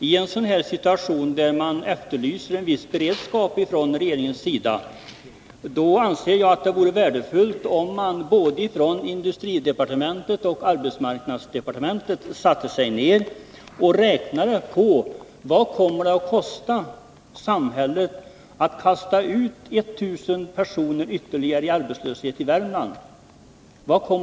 I en sådan här situation, där man efterlyser en viss beredskap från regeringens sida, anser jag att det vore värdefullt om man både på industridepartementet och på arbetsmarknadsdepartementet satte sig ned och räknade på vad det kommer att kosta samhället att kasta ut ytterligare 1000 personer i arbetslöshet i Värmland.